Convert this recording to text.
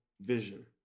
vision